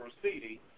proceeding